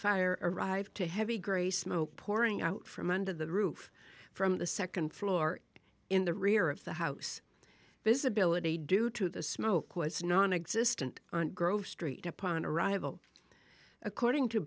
fire arrived to heavy gray smoke pouring out from under the roof from the second floor in the rear of the house visibility due to the smoke was nonexistent on grove street upon arrival according to